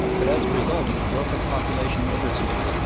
but, as a result of the growth of population overseas,